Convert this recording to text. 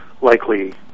likely